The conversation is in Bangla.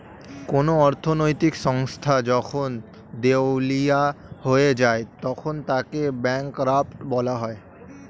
কোন অর্থনৈতিক সংস্থা যখন দেউলিয়া হয়ে যায় তখন তাকে ব্যাঙ্করাপ্ট বলা হয়